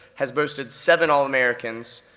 has boasted seven all-americans,